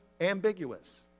ambiguous